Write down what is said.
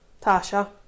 Tasha